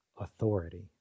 authority